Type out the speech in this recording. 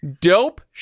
dope